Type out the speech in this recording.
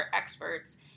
experts